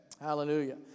Hallelujah